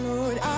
Lord